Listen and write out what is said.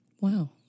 Wow